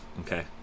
Okay